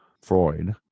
Freud